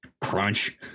Crunch